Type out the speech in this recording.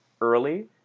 early